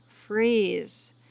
freeze